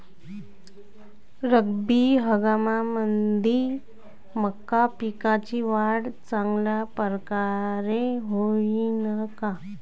रब्बी हंगामामंदी मका पिकाची वाढ चांगल्या परकारे होईन का?